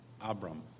Abram